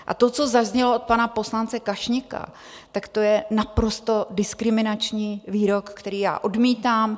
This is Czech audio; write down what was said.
A to, co zaznělo od pana poslance Kašníka, je naprosto diskriminační výrok, který já odmítám.